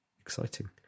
exciting